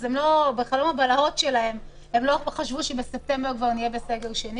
בחלום הבלהות שלהם הם לא חשבו שבספטמבר כבר נהיה בסגר שני